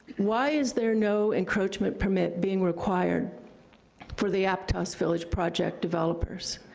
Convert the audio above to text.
why is there no encroachment permit being required for the aptos village project developers?